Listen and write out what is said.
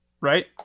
right